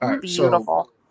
Beautiful